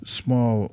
small